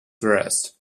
thrust